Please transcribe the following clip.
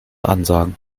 ansagen